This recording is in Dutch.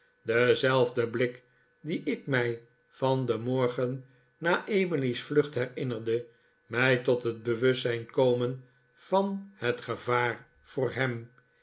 dezelfde blik dien ik mij van den morgen na emily's vlucht herinnerde mij tot het bewustzijn komen van het gevaar voor hem